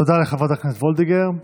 תודה לחברת הכנסת וולדיגר.